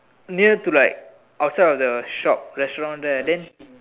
near to like outside of the shop restaurant there then